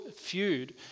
feud